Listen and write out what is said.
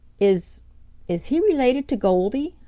is is he related to goldy?